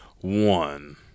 one